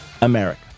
America